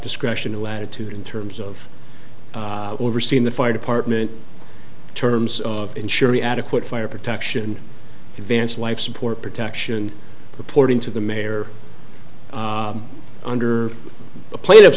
discretion latitude in terms of overseeing the fire department terms of ensuring adequate fire protection advanced life support protection reporting to the mayor under a plate of